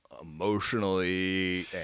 emotionally